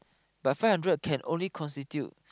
but five hundred can only constitute